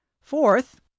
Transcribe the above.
Fourth